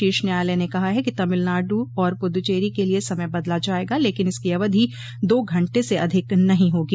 शोर्ष न्यायालय ने कहा है कि तमिलनाडु और पुद्दुचेरी के लिए समय बदला जाएगा लेकिन इसकी अवधि दो घंटे से अधिक नहीं होगी